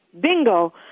bingo